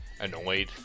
annoyed